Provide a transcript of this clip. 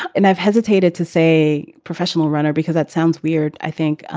and i've hesitated to say professional runner, because that sounds weird, i think,